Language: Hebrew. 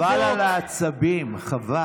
חבר הכנסת גפני, חבל על העצבים, חבל.